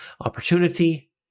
opportunity